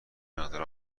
مقدار